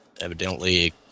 Evidently